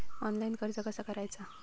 Online कर्ज कसा करायचा?